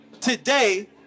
today